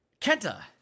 Kenta